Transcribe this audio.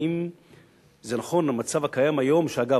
האם נכון המצב הקיים כיום ואגב,